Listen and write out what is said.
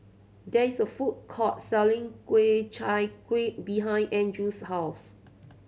there is a food court selling Ku Chai Kuih behind Andrew's house